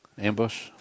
Ambush